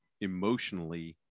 emotionally